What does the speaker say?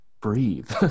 breathe